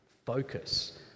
Focus